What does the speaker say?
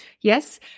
Yes